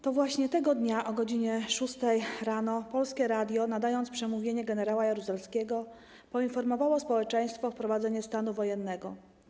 To właśnie tego dnia o godz. 6 rano Polskie Radio nadając przemówienie gen. Jaruzelskiego, poinformowało społeczeństwo o wprowadzeniu stanu wojennego.